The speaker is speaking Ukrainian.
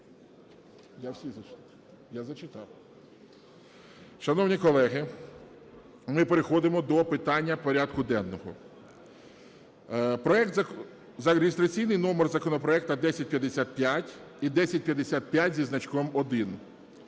я всі зачитав. Шановні колеги, ми переходимо до питань порядку денного. Реєстраційний номер законопроекту 1055 і 1055 зі значком 1.